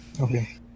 Okay